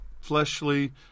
fleshly